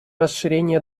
расширение